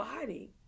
body